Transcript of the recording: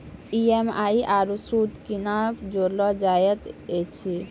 EMI आरू सूद कूना जोड़लऽ जायत ऐछि?